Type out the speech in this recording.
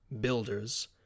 builders